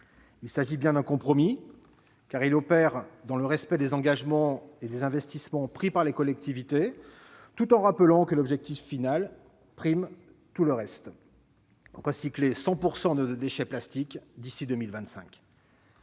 Il s'agit bien d'un compromis, car il s'inscrit dans le respect des engagements et des investissements consentis par les collectivités, tout en rappelant que l'objectif final, à savoir recycler 100 % de nos déchets plastiques d'ici à 2025,